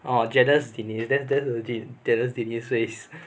ah jealous denise that that's legit jealous denise face